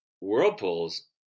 whirlpools